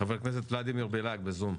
חבר הכנסת ולדימר בליאק בזום.